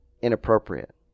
inappropriate